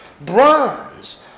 bronze